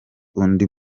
undi